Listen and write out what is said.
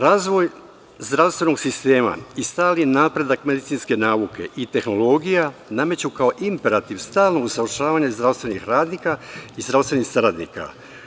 Razvoj zdravstvenog sistema i stalni napredak medicinske nauke i tehnologija nameću kao imperativ stalno usavršavanje zdravstvenih radnika i zdravstvenih saradnika.